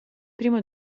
primo